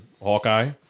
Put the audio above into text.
Hawkeye